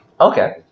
Okay